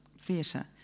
Theatre